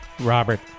Robert